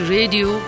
Radio